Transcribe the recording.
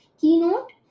Keynote